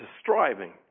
striving